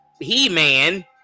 He-Man